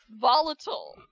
volatile